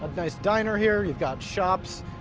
nice diner here. you've got shops.